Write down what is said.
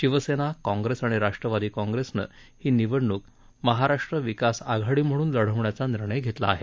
Shiv Sena Congress आणि राष्ट्रवादी काँग्रेसनं ही निवडणूक महाराष्ट्र विकास आघाडी म्हणून लढवण्याचा निर्णय घेतला आहे